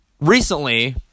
Recently